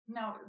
Now